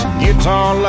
guitar